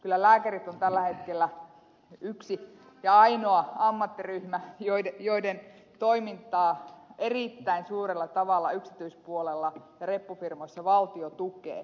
kyllä lääkärit ovat tällä hetkellä se yksi ja ainoa ammattiryhmä jonka toimintaa erittäin suurella tavalla yksityispuolella reppufirmoissa valtio tukee